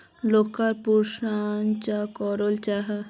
लोकला पशुपालन चाँ करो जाहा?